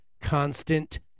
constant